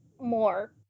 more